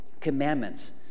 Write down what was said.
commandments